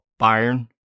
Bayern